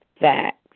facts